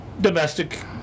Domestic